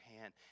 hand